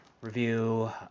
review